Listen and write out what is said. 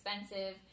expensive